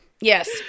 yes